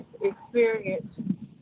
experience